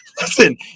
Listen